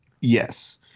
yes